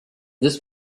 this